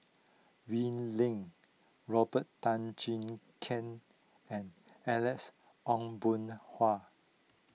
Wee Lin Robert Tan Jee Keng and Alex Ong Boon Hua